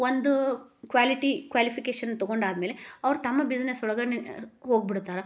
ಒಂದು quality qualification ತಗೊಂಡಾದಮೇಲೆ ಅವ್ರು ತಮ್ಮ ಬಿಸ್ನೆಸ್ ಒಳಗೆ ಹೋಗ್ಬಿಡ್ತಾರೆ